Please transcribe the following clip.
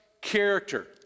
character